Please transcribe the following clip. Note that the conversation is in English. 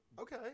Okay